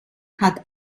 hat